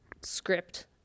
script